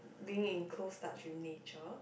being in close touch with nature